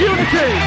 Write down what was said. Unity